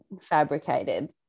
fabricated